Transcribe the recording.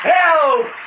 Help